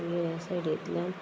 मागीर ह्या सायडींतल्यान